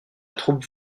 troupe